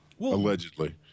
allegedly